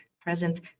present